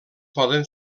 poden